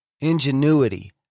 ingenuity